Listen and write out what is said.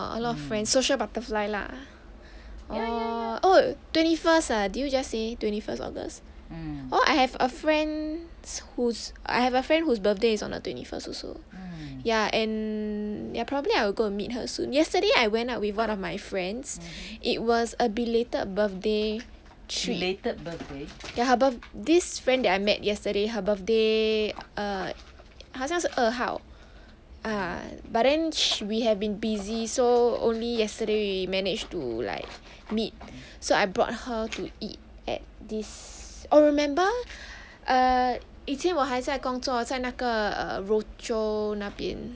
orh a lot of friends social butterfly lah orh oh twenty first ah did you just say twenty first august oh I have a friend wh~ I have a friend whose birthday is on the twenty first also ya and ye~ probably I will go and meet her soon yesterday I went out with one of my friends it was a belated birthday treat ya her birthda~ this friend that I met yesterday her birthday err 好像是二号 ah but then sh~ we have been busy so only yesterday we managed to like meet so I brought her to eat at this oh remember err 以前我还在工作在那个 rochor 那边